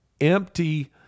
empty